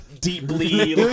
deeply